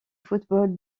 football